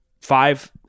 five